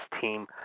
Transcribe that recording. team